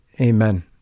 Amen